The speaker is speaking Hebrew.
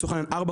לצורך העניין 4,